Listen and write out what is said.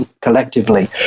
collectively